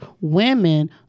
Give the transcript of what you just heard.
women